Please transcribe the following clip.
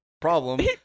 problem